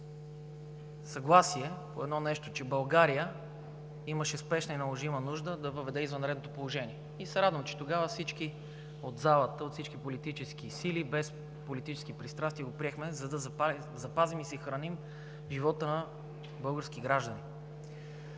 съгласие по едно нещо – че България имаше спешна и наложителна нужда да въведе извънредното положение. И се радвам, че тогава всички от залата, от всички политически сили без политически пристрастия го приехме, за да запазим и съхраним живота на българските граждани.